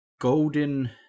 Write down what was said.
golden